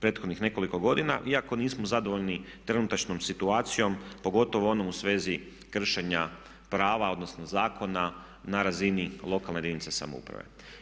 prethodnih nekoliko godina iako nismo zadovoljni trenutačnom situacijom pogotovo onom u svezi kršenja prava odnosno zakona na razini lokalne jedinice samouprave.